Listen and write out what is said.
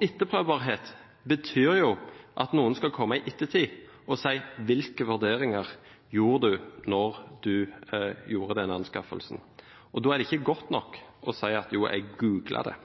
Etterprøvbarhet betyr jo at noen skal komme i ettertid og spørre om hvilke vurderinger en gjorde da en gjorde denne anskaffelsen. Da er det ikke godt nok å si at en «googlet» det.